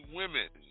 women